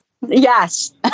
Yes